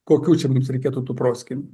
kokių čia mums reikėtų tų proskynų